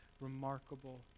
remarkable